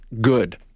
good